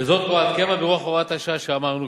וזאת כהוראת קבע ברוח הוראת השעה, שאמרנו.